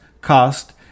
cost